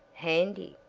handy,